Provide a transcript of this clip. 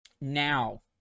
Now